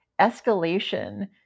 escalation